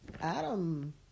Adam